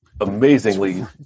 amazingly